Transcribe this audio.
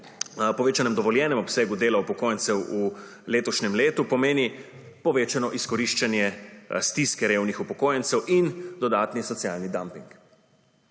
povečanem dovoljenem obsegu dela upokojencev v letošnjem letu pomeni povečano izkoriščanje stiske revnih upokojencev in dodatni socialni dumping.